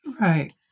Right